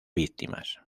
víctimas